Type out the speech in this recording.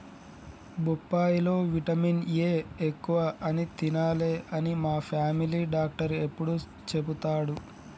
బొప్పాయి లో vitamin A ఎక్కువ అని తినాలే అని మా ఫామిలీ డాక్టర్ ఎప్పుడు చెపుతాడు